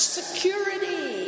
security